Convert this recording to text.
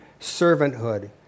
servanthood